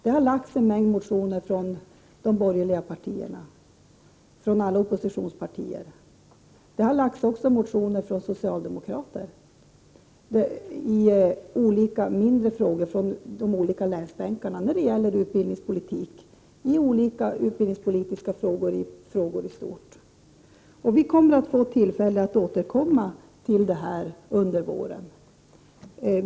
Det har väckts en mängd motioner från de borgerliga partierna, från alla oppositionspartier och också från socialdemokrater från länsbänkarna i olika mindre frågor inom utbildningspolitiken och när det gäller utbildningspolitiken i stort. Vi kommer att få tillfälle att återkomma till detta under våren.